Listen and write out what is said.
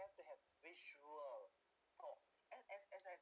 has to have visual oh as as as I